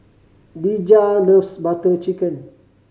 Dejah loves Butter Chicken